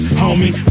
homie